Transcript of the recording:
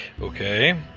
Okay